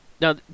Now